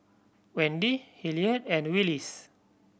Wendi Hilliard and Willis